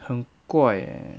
很怪 eh